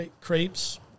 crepes